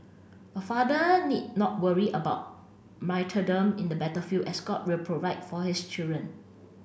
a father need not worry about in the battlefield as God will provide for his children